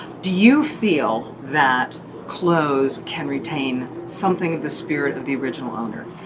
do you feel that clothes can retain something of the spirit of the original owner?